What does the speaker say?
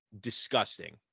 Disgusting